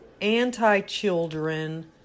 anti-children